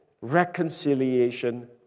reconciliation